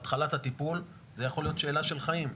התחלת הטיפול זה יכול להיות שאלה של חיים.